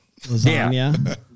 lasagna